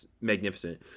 magnificent